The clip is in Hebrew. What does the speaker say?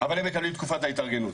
אבל הם מקבלים תקופת התארגנות,